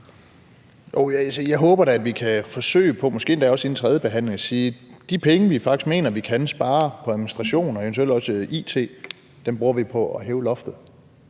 Jeg håber da, at vi kan forsøge på at sige – og måske endda også inden tredjebehandlingen – at de penge, vi faktisk mener vi kan spare på administration og eventuelt også it, bruger vi på at hæve loftet.